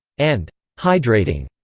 and hydrating